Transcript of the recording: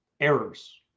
errors